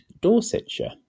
Dorsetshire